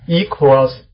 equals